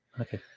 okay